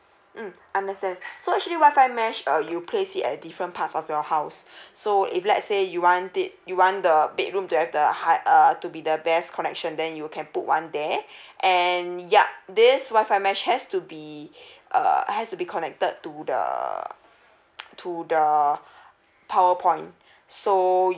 mm understand so actually wi-fi mesh uh you place it at different parts of your house so if let's say you want it you want the bedroom to have the high err to be the best connection then you can put one there and yup this wi-fi mesh has to be err has to be connected to the to the power point so